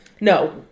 No